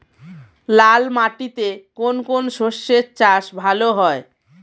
লাল মাটিতে কোন কোন শস্যের চাষ ভালো হয়?